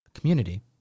community